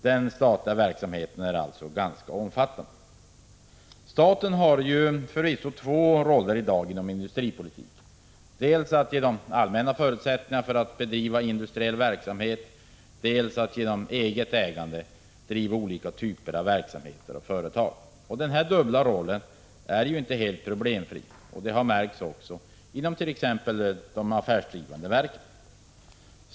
Den statliga verksamheten är alltså ganska omfattande. Staten har ju i dag två roller inom industripolitiken: dels att ge de allmänna förutsättningarna för att bedriva industriell verksamhet, dels att genom eget ägande driva olika typer av verksamhet. Den här dubbla rollen är inte helt problemfri — det har märkts inom t.ex. de affärsdrivande verken.